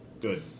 Good